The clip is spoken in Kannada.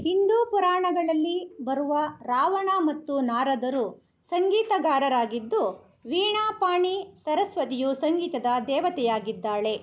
ಹಿಂದೂ ಪುರಾಣಗಳಲ್ಲಿ ಬರುವ ರಾವಣ ಮತ್ತು ನಾರದರು ಸಂಗೀತಗಾರರಾಗಿದ್ದು ವೀಣಾಪಾಣಿ ಸರಸ್ವತಿಯು ಸಂಗೀತದ ದೇವತೆಯಾಗಿದ್ದಾಳೆ